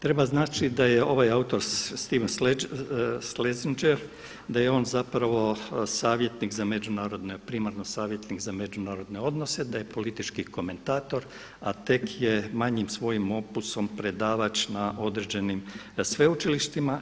Treba znači da je ovaj autor Stephen Schlesinger da je on zapravo savjetnik za međunarodne, primarno savjetnik za međunarodne odnose, da je politički komentator a tek je manjim svojim opusom predavač na određenim sveučilištima.